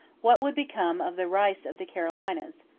what would become of the rice of the carolinas,